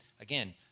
again